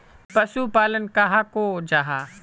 पशुपालन कहाक को जाहा?